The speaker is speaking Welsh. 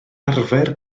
arfer